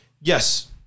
yes